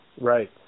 Right